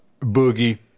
boogie